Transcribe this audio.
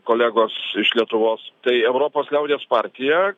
kolegos iš lietuvos tai europos liaudies partija